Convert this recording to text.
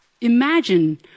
Imagine